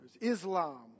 Islam